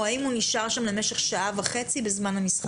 או אם הוא נשאר שם למשך שעה וחצי בזמן המשחק?